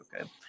okay